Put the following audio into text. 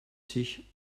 sich